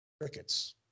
crickets